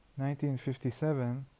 1957